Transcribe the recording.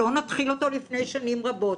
לא נתחיל אתו לפני שנים רבות,